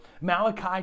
Malachi